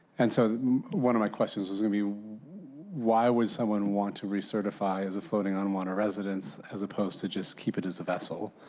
and so one of my questions is going to be why would someone want to recertify as a floating on water residence as opposed to just keep it as a vessel?